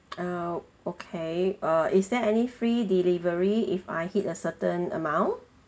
oh okay uh is there any free delivery if I hit a certain amount